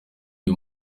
uyu